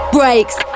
breaks